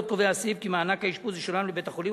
עוד קובע הסעיף כי מענק האשפוז ישולם לבית-החולים